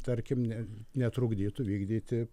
tarkim ne netrukdytų vykdyti